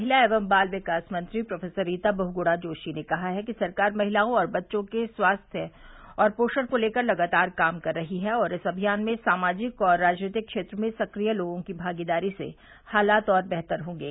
महिला एवं बाल विकास मंत्री प्रोफेसर रीता बहुगुणा जोशी ने कहा है कि सरकार महिलाओं और बच्चों के स्वास्थ्य और पोषण को लेकर लगातार काम कर रही है और इस अभियान में सामाजिक और राजनीतिक क्षेत्र में सक्रिय लोगों की भागीदारी से हालात और बेहतर होंगे